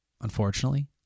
Unfortunately